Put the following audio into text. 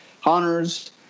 hunters